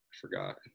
forgot